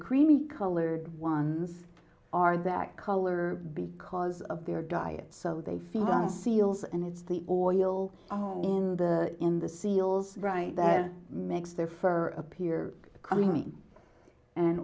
creamy colored ones are that color because of their diet so they feed on seals and it's the oil in the in the seals right that makes their fur appear coming and